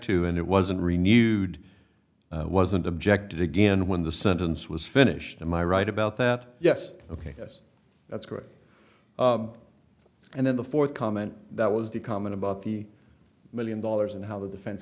to and it wasn't renewed wasn't objected again when the sentence was finished am i right about that yes ok yes that's correct and then the fourth comment that was the comment about the million dollars and how the defense